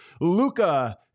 Luca